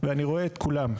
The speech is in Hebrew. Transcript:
ואני רואה את כולם.